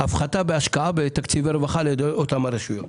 הפחתה בהשקעה בתקציבי רווחה על ידי אותן רשויות.